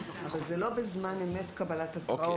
אבל זה לא קבלת התראות בזמן אמת,